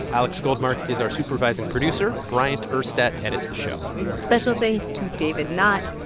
alex goldmark is our supervising producer. bryant urstadt edits the show special thanks to david knott,